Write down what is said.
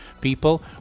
people